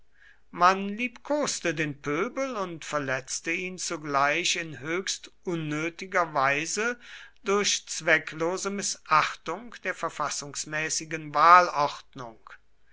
man liebkoste den pöbel und verletzte ihn zugleich in höchst unnötiger weise durch zwecklose mißachtung der verfassungsmäßigen wahlordnung